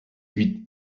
huit